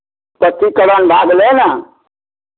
पक्कीकरण भए गेलै ने